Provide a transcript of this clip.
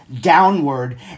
downward